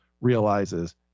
realizes